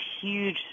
huge